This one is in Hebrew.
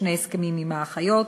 שני הסכמים עם האחיות,